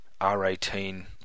R18